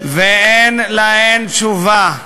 איזה שנה הדוח, ואין להן תשובה.